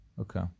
okay